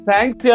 Thanks